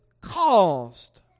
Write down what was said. caused